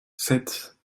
sept